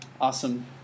Awesome